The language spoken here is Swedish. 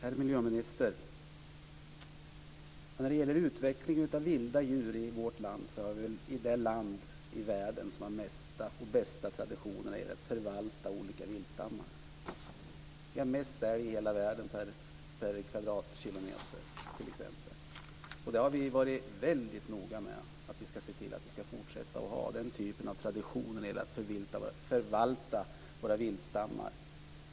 Fru talman, herr miljöminister! När det gäller utveckling av vilda djur är vårt land det land i världen som har de flesta och bästa traditionerna att förvalta olika viltstammar. Vi har mest älg i hela världen per kvadratkilometer t.ex. Vi har varit väldigt noga med att se till att vi ska fortsätta att ha traditionen att förvalta våra viltstammar.